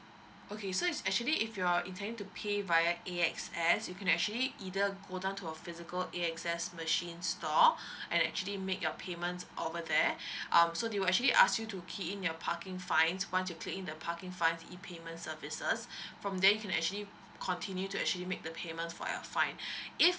okay so it's actually if you're intending to pay via A_X_S you can actually either go down to a physical A_X_S machine stall and actually make your payment over there um so they will actually ask you to key in your parking fines once you key in the parking fines E payment services from there you can actually continue to actually make the payment for your fine if